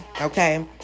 okay